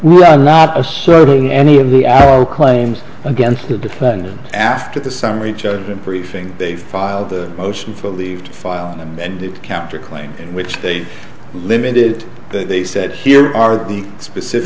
were not asserting any of the our claims against the defendant after the summary judgment briefing they filed the motion for leave to file an amended counter claim which they limited they said here are the specific